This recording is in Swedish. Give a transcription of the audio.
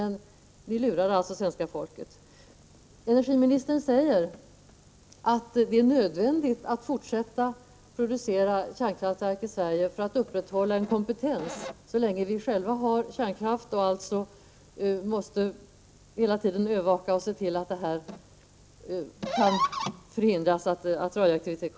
Ni lurade alltså svenska folket. Energiministern säger att det är nödvändigt att fortsätta att producera kärnkraftverk i Sverige för att man skall kunna upprätthålla en kompetens, så länge vi själva har kärnkraft, att övervaka verksamheten och se till att vi förhindrar utsläpp av radioaktivitet.